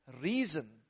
reason